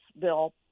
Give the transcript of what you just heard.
bill